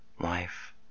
life